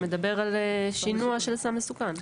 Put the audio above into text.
שמדבר על שינוע של סם מסוכן.